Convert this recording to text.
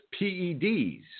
PEDs